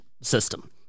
system